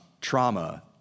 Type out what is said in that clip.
trauma